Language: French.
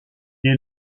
est